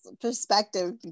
perspective